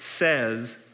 says